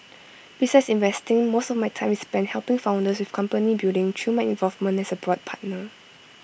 besides investing most of my time is spent helping founders with company building through my involvement as A board partner